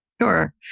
Sure